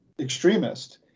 extremist